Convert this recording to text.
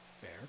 Fair